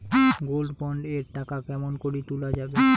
Gold bond এর টাকা কেমন করি তুলা যাবে?